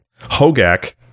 Hogak